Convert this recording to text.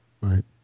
Right